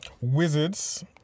Wizards